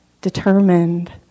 determined